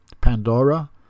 Pandora